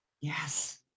Yes